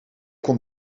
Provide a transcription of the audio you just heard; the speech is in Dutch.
kon